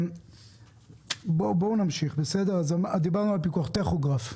דיברנו על פיקוח, בוא נדבר על טכוגרף.